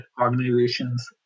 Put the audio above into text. organizations